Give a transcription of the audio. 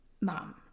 mom